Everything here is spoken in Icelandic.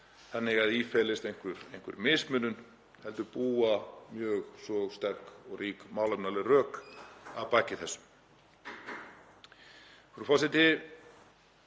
þannig að í felist einhver mismunun heldur búa mjög svo sterk og rík málefnaleg rök að baki þessu. Frú forseti.